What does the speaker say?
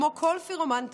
כמו כל פירומן טוב,